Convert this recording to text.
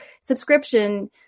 subscription